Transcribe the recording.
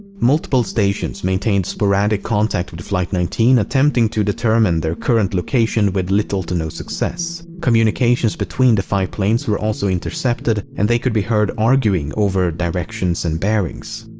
multiple stations maintained sporadic contact with flight nineteen attempting to determine their current location with little to no success. communications between the five planes were also intercepted and they could be heard arguing over directions and bearings.